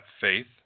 faith